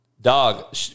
Dog